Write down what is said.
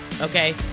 okay